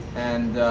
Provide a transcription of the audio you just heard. and